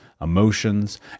emotions